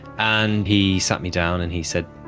and he sat me down and he said,